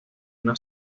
una